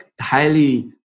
highly